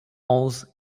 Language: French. onze